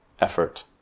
effort